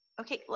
okay